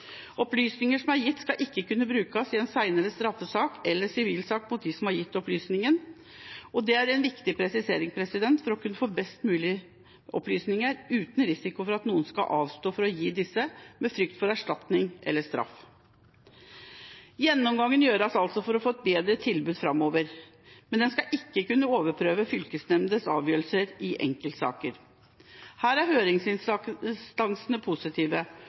Opplysninger som er gitt, skal ikke kunne brukes i en senere straffesak eller sivil sak mot dem som har gitt opplysningene. Det er en viktig presisering for å kunne få best mulige opplysninger uten risiko for at noen avstår fra å gi disse i frykt for erstatning eller straff. Gjennomgangen gjøres altså for å få et bedre tilbud framover, men skal ikke kunne overprøve fylkesnemndenes avgjørelser i enkeltsaker. Her er høringsinstansene positive,